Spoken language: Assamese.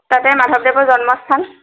তাতে মাধৱদেৱৰ জন্মস্থান